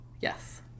Yes